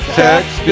text